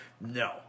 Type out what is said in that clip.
No